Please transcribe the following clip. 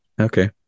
Okay